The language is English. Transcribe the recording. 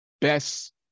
best